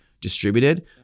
distributed